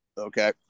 Okay